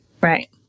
Right